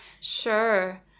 sure